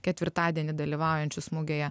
ketvirtadienį dalyvaujančius mugėje